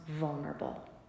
vulnerable